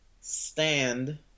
stand